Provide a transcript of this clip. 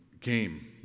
came